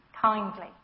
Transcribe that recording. kindly